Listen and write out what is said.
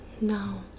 no